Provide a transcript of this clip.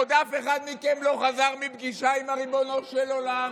עוד אף אחד מכם לא חזר מפגישה עם ריבונו של עולם